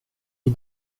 est